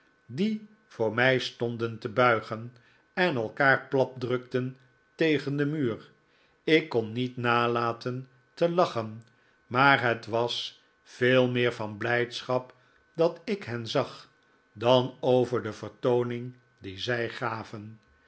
die voor mij stohden te buigen en elkaar platdrukten tegen den muur ik kon niet nalaten te lachen maar het was veel meer van blijdschap dat ik hen zag dan over de vertooning die zij gaven